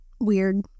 Weird